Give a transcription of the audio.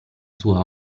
sua